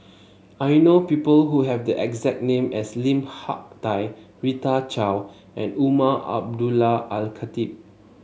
I know people who have the exact name as Lim Hak Tai Rita Chao and Umar Abdullah Al Khatib